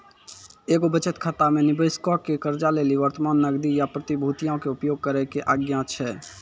एगो बचत खाता मे निबेशको के कर्जा लेली वर्तमान नगदी या प्रतिभूतियो के उपयोग करै के आज्ञा छै